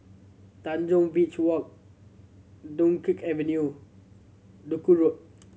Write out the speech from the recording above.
Tanjong Beach Walk Dunkirk Avenue Duku Road